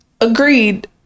agreed